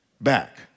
back